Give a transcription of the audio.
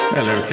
Hello